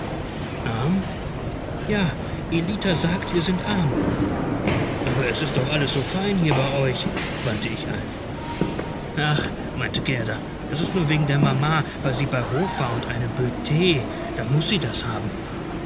ja ellita sagt wir sind arm aber es ist doch alles so fein hier bei euch wandte ich ein ach meinte gerda das ist nur wegen der mama weil sie bei hof war und eine beaut da muß sie das haben